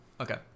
Okay